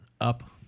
up-